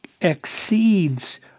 exceeds